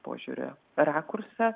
požiūrio rakursą